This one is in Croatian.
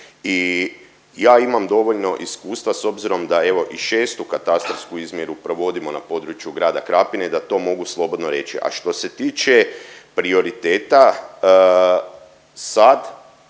i ja imam dovoljno iskustva s obzirom da evo i 6. katastarsku izmjeru provodimo na području grada Krapine, da to mogu slobodno reći. A što se tiče prioriteta sad